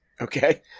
Okay